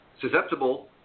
susceptible